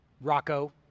Rocco